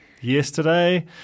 Yesterday